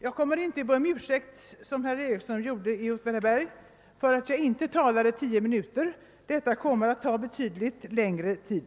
Jag kommer inte, som herr Ericsson i Åtvidaberg gjorde, att be om ursäkt för att jag inte talar i 10 minuter; mitt anförande kommer att ta betydligt längre tid.